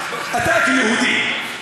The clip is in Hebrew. אתה כיהודי,